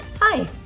Hi